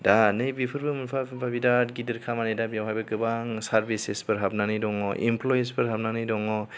दा नैबेफोरबो मोनफा मोनफा बिराद गिदिर खामानि दा बेवहायबो गोबां सारभिसिसफोर हाबनानै दङ इमफ्लइसफोर हाबनानै दङ